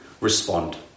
respond